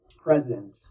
present